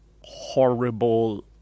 horrible